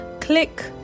click